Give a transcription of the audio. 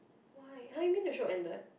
why !huh! you mean the show ended